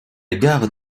gare